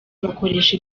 bakoresha